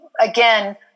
again